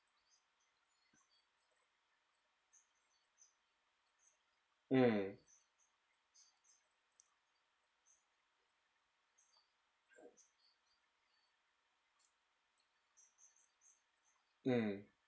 mm mm